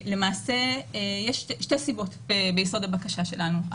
יש שתי סיבות ביסוד הבקשה שלנו.